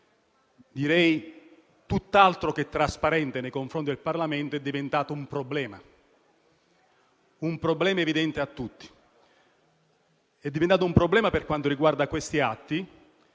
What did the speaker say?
direi tutt'altro che trasparente nei confronti del Parlamento, è diventata un problema chiaro a tutti. È diventata un problema per quanto riguarda gli atti